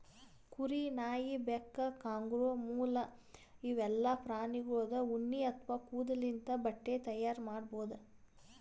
ಕುರಿ, ನಾಯಿ, ಬೆಕ್ಕ, ಕಾಂಗರೂ, ಮೊಲ ಇವೆಲ್ಲಾ ಪ್ರಾಣಿಗೋಳ್ದು ಉಣ್ಣಿ ಅಥವಾ ಕೂದಲಿಂದ್ ಬಟ್ಟಿ ತೈಯಾರ್ ಮಾಡ್ಬಹುದ್